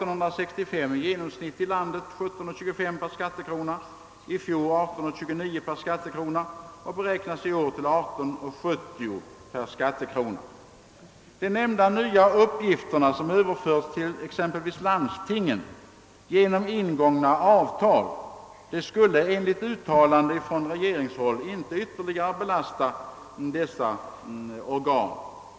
De nämnda nya uppgifter som överförts till landstingen genom ingångna avtal skulle — enligt uttalande från regeringshåll — inte ytterligare belasta dessa.